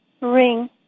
ring